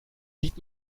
sieht